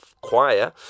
Choir